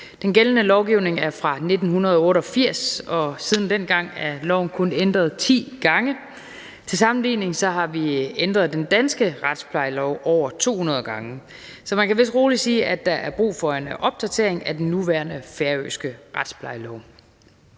Den gældende lovgivning er fra 1988, og siden dengang er loven kun ændret ti gange. Til sammenligning har vi ændret den danske retsplejelov over 200 gange. Så man kan vist roligt sige, at der er brug for en opdatering af den nuværende færøske retsplejelov.